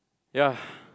ya